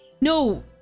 no